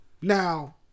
now